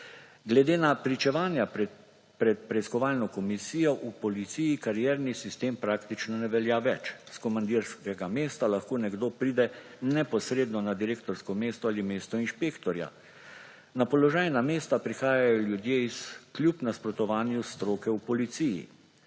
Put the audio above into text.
Glede na pričevanja pred preiskovalno komisijo v policiji karierni sistem praktično ne velja več. S komandirskega mesta lahko nekdo pride neposredno na direktorsko mesto ali mesto inšpektorja. Na položajna mesta prihajajo ljudje, kljub nasprotovanju stroke v policiji.